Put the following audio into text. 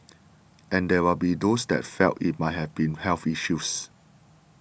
and there will be those that felt it might have been health issues